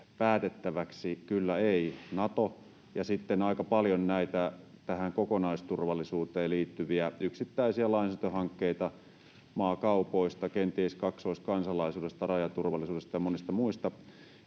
päätettäväksi kyllä vai ei Natoon ja sitten aika paljon näitä tähän kokonaisturvallisuuteen liittyviä yksittäisiä lainsäädäntöhankkeita maakaupoista, kenties kaksoiskansalaisuudesta, rajaturvallisuudesta ja monista muista,